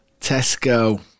Tesco